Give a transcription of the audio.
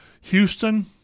Houston